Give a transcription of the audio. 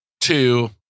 two